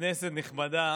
כנסת נכבדה,